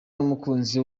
n’umukunzi